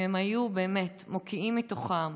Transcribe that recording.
אם הם היו באמת מקיאים מתוכם,